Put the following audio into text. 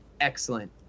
excellent